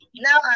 Now